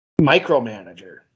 micromanager